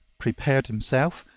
prepared himself,